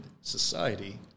society